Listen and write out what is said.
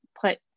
put